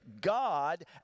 God